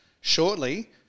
shortly